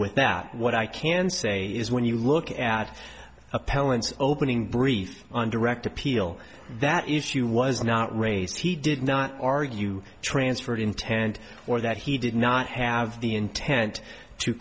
with that what i can say is when you look at appellants opening brief on direct appeal that issue was not raised he did not argue transferred intent or that he did not have the intent to